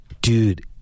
Dude